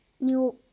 New